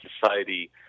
society